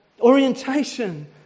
orientation